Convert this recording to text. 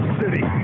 city